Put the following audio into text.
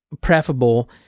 preferable